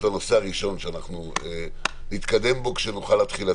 הנושא הראשון שאנחנו נתקדם בו כשנוכל להתחיל לצאת.